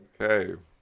Okay